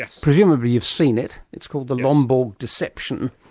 presumably you've seen it, it's called the lomborg deception.